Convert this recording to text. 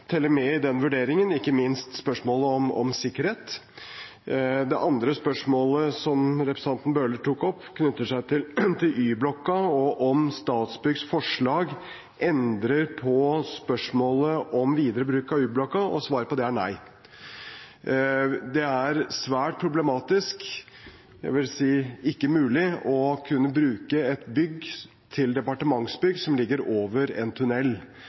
med i den vurderingen, ikke minst spørsmålet om sikkerhet. Det andre spørsmålet som representanten Bøhler tok opp, knytter seg til Y-blokka og om Statsbyggs forslag endrer noe når det gjelder spørsmålet om videre bruk av Y-blokka. Svaret på det er nei. Det er svært problematisk – jeg vil si ikke mulig – å kunne bruke et bygg som ligger over en